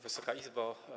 Wysoka Izbo!